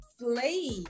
play